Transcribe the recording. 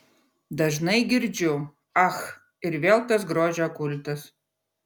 dažnai girdžiu ach ir vėl tas grožio kultas